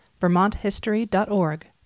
vermonthistory.org